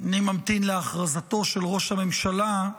אני ממתין להכרזתו של ראש הממשלה,